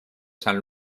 san